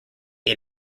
aid